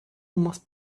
must